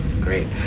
Great